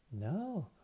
No